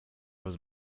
was